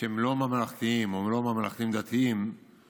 שהם לא ממלכתיים או לא ממלכתיים-דתיים פועלת